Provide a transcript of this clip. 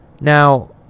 Now